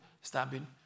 stabbing